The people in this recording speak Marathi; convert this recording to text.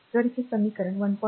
जर हे समीकरण 1